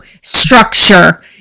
structure